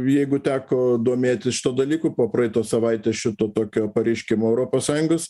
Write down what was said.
jeigu teko domėtis šituo dalyku po praeitos savaitės šito tokio pareiškimo europos sąjungos